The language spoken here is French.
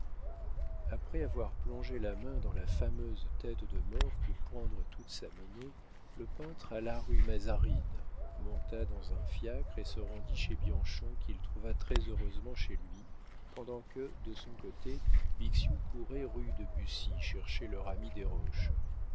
après avoir plongé la main dans la fameuse tête de mort pour prendre toute sa monnaie le peintre alla rue mazarine monta dans un fiacre et se rendit chez bianchon qu'il trouva très-heureusement chez lui pendant que de son côté bixiou courait rue de bussy chercher leur ami desroches les